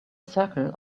circle